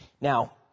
Now